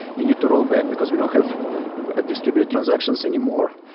you need to rollback, because we don't have a distributed transactions anymore.